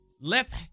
left